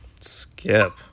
Skip